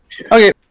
okay